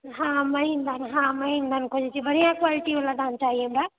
हँ महीन हँ महीन धान हम खोजै छी बढ़ियाॅं क्वालिटी वाला धान चाही हमरा